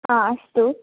अस्तु